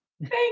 thank